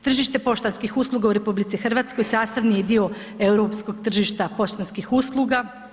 Tržište poštanskih usluga u RH sastavni je dio europskog tržišta poštanskih usluga.